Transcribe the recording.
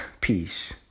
peace